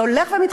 זה הולך ומתחדד,